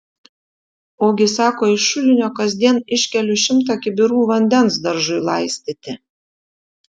ogi sako iš šulinio kasdien iškeliu šimtą kibirų vandens daržui laistyti